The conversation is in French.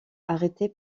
arrêté